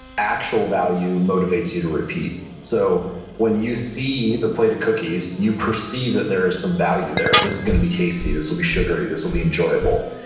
actual value motivates you to repeat. so when you see the plate of cookies, you perceive that there's some value there. this is going to be tasty, this will be sugary, this will be enjoyable.